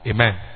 Amen